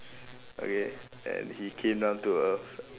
okay and he came down to earth